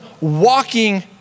walking